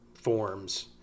forms